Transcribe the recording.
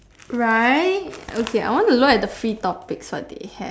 right okay I want to look at the free topics what they have